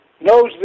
knows